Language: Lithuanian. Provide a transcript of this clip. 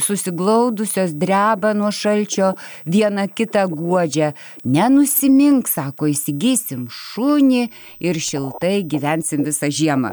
susiglaudusios dreba nuo šalčio viena kitą guodžia nenusimink sako įsigysim šunį ir šiltai gyvensim visą žiemą